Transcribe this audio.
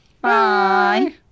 Bye